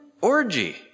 orgy